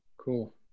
Cool